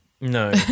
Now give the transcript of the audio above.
No